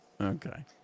Okay